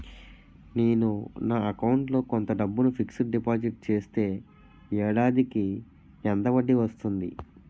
నేను నా అకౌంట్ లో కొంత డబ్బును ఫిక్సడ్ డెపోసిట్ చేస్తే ఏడాదికి ఎంత వడ్డీ వస్తుంది?